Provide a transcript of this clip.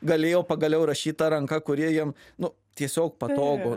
galėjo pagaliau rašyt ta ranka kuri jiem nu tiesiog patogu